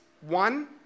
One